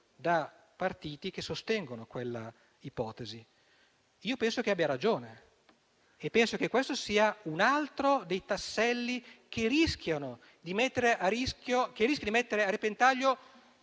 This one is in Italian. da partiti che sostengono quella ipotesi. Io penso che abbia ragione e penso che questo sia un altro dei tasselli che rischiano di mettere a repentaglio